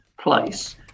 place